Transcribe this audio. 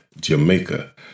Jamaica